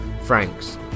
Franks